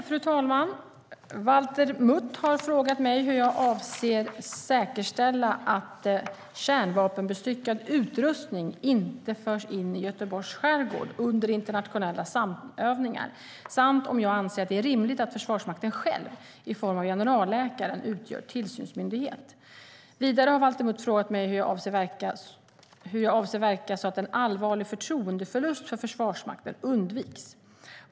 Fru talman! Valter Mutt har frågat mig hur jag avser att säkerställa att kärnvapenbestyckad utrustning inte förs in i Göteborgs skärgård under internationella samövningar samt om jag anser att det är rimligt att Försvarsmakten själv - i form av generalläkaren - utgör tillsynsmyndighet. Vidare har Valter Mutt frågat mig hur jag avser att verka så att en allvarlig förtroendeförlust för Försvarsmakten undviks.